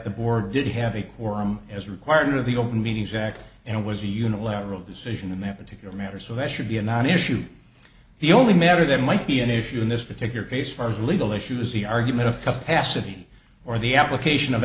the board did have a quorum as required of the open meetings act and it was a unilateral decision in that particular matter so that should be a non issue the only matter that might be an issue in this particular case for legal issues the argument of cup cassidy or the application of